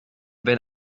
wenn